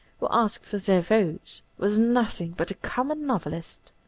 who asked for their votes, was nothing but a common novelist.